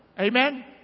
amen